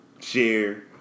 share